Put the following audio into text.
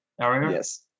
Yes